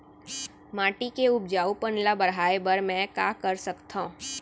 माटी के उपजाऊपन ल बढ़ाय बर मैं का कर सकथव?